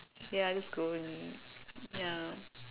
ya just go in ya